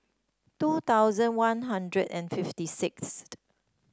two thousand One Hundred and fifty sixth